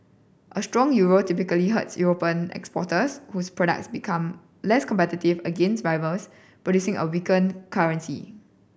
a strong euro typically hurts European exporters whose products become less competitive against rivals producing a weaken currency